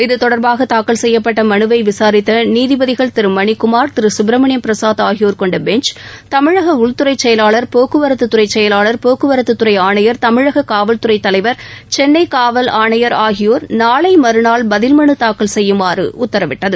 இதுதொடர்பாக தாக்கல் செய்யப்பட்ட மனுவை விசாரித்த நீதிபதிகள் திரு மணிக்குமார் திரு சுப்ரமணியம் பிரசாத் ஆகியோர் கொண்ட பெஞ்ச் தமிழக உள்துறை செயலாளர் போக்குவரத்து துறை செயலாளர் போக்குவரத்து துறை ஆணையர் தமிழக காவல் துறை தலைவர் சென்னை காவல் ஆணையர் ஆகியோர் நாளை மற்நாள் பதில் மனு தாக்கல் செய்யுமாறு உத்தரவிட்டது